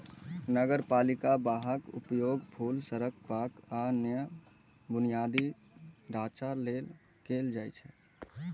नगरपालिका बांडक उपयोग पुल, सड़क, पार्क, आ अन्य बुनियादी ढांचा लेल कैल जाइ छै